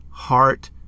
heart